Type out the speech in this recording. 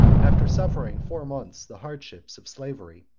after suffering four months the hardships of slavery,